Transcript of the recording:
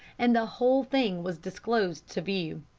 and the whole thing was disclosed to view.